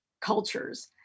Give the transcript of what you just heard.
Cultures